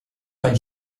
file